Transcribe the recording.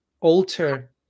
alter